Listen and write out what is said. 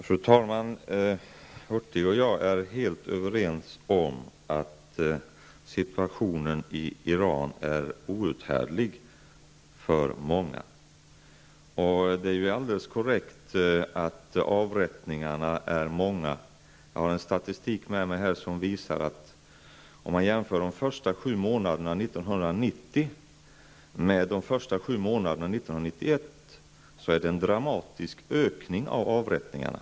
Fru talman! Bengt Hurtig och jag är helt överens om att situationen i Iran är outhärdlig för många. Det är alldeles korrekt att avrättningarna är många. Jag har statistik med mig här som, om man jämför de första sju månaderna 1990 med de första sju månaderna 1991, visar en dramatisk ökning av avrättningarna.